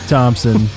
Thompson